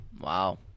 Wow